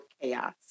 Chaos